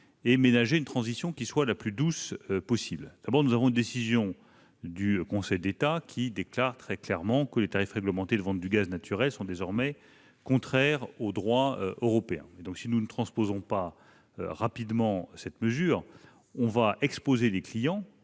en ménageant une transition qui soit la plus douce possible. La décision du Conseil d'État indique très clairement que les tarifs réglementés de vente du gaz naturel sont désormais contraires au droit européen. Si nous ne transposons pas rapidement cette mesure, nous allons exposer des clients